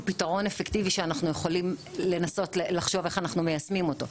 פתרון אפקטיבי שאנחנו יכולים לנסות לחשוב איך אנחנו מיישמים אותו.